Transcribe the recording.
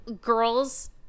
girls